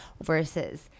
versus